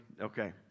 Okay